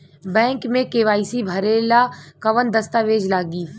Bank मे KYC भरेला कवन दस्ता वेज लागी?